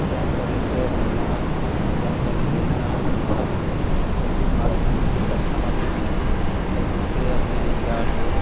जानकारी शेयर करना जानकारी लेना यह सब फेसबुक माध्यम एक अच्छा माध्यम है फेसबुक से अपने यार दोस्त